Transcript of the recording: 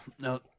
no